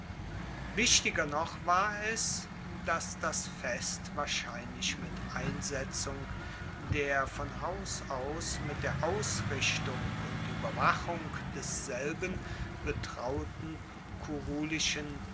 wichtiger noch war es dass das fest wahrscheinlich mit einsetzung der von haus aus mit der ausrichtung und ueberwachung desselben betrauten